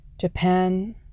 Japan